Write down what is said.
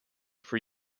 for